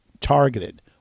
targeted